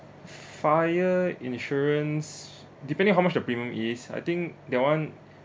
fire insurance depending how much the premium is I think that one